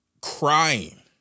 crying